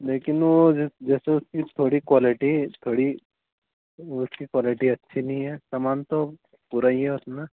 लेकिन वह जैसे उसकी थोड़ी क्वालिटी थोड़ी उसकी क्वालिटी अच्छी नहीं है सामान तो पूरा ही है उसमें